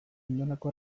inolako